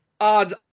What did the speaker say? odds